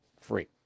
free